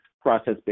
process